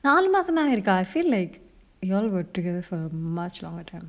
நாலு மாசந்தான் ஆயிருக்கா:nalu masanthan ayirukka I feel like you all were together for a much longer time